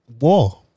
war